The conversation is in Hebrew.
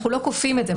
אנחנו לא כופים את זה.